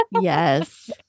Yes